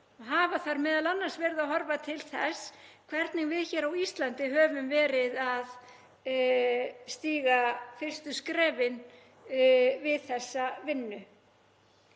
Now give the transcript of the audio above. hafa þar m.a. verið að horfa til þess hvernig við hér á Íslandi höfum verið að stíga fyrstu skrefin við þessa vinnu.